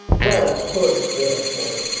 well, poor quiverful!